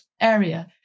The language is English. area